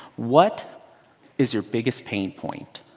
what is your biggest pain point?